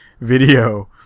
video